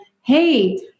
hey